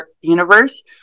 universe